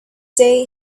day